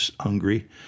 hungry